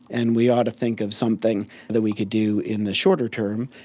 and we ought to think of something that we could do in the shorter term.